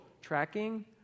tracking